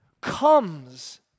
comes